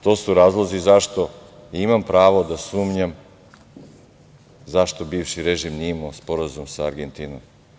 To su sve razlozi zašto imam pravo da sumnjam zašto bivši režim nije imao sporazum sa Argentinom.